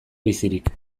bizirik